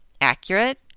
accurate